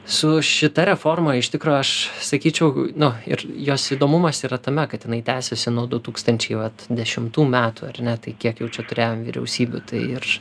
su šita reforma iš tikro aš sakyčiau nu ir jos įdomumas yra tame kad jinai tęsiasi nuo du tūkstančiai vat dešimtų metų ar ne tai kiek jau čia turėjom vyriausybių tai ir